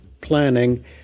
planning